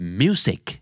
music